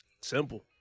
Simple